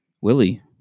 Willie